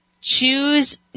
Choose